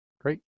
Great